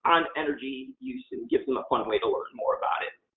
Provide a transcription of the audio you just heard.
on energy use and gives them a fun way to learn more about it.